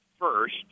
first